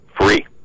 free